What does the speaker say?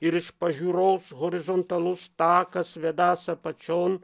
ir iš pažiūros horizontalus takas vedąs apačion